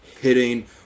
hitting